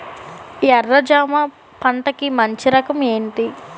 ఎర్ర జమ పంట కి మంచి రకం ఏంటి?